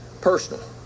personal